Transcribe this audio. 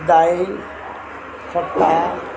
ଦାଇ ଖଟା